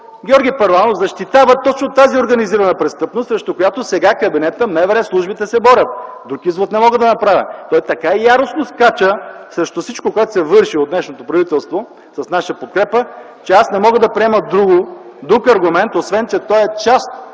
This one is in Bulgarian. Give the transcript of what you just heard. Георги Първанов защитава точно тази организирана престъпност, срещу която се борят сега кабинетът, МВР, службите. Друг извод не мога да направя. Той така яростно скача срещу всичко, което се върши от днешното правителство с наша подкрепа, че аз не мога да приема друг аргумент, освен че той е част